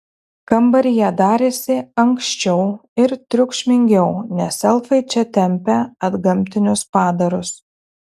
kambaryje darėsi ankščiau ir triukšmingiau nes elfai čia tempė antgamtinius padarus